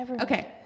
Okay